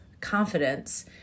confidence